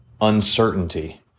uncertainty